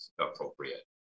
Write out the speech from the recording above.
appropriate